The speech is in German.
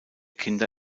kinder